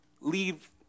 leave